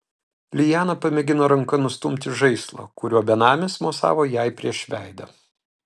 liana pamėgino ranka nustumti žaislą kuriuo benamis mosavo jai prieš veidą